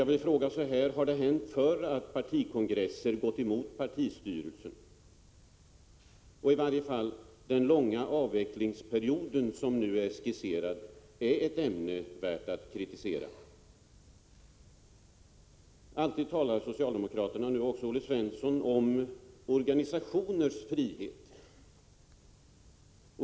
Jag vill fråga: Har det hänt förr att partikongresser gått emot beslut av partistyrelsen? Den långa avvecklingsperiod som nu är skisserad är i varje fall värd att kritisera. Socialdemokraterna talar alltid om — och det gör nu också Olle Svensson — organisationers frihet.